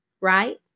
right